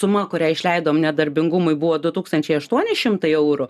suma kurią išleidom nedarbingumui buvo du tūkstančiai aštuoni šimtai eurų